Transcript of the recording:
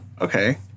okay